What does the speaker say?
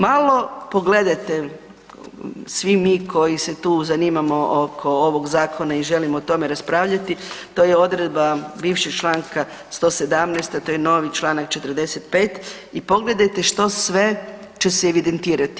Malo pogledajte svi mi koji se tu zanimamo oko ovog Zakona i želimo o tome raspravljati, to je odredba bivšeg članka 117., a to je novi članak 45. i pogledajte što sve će se evidentirati.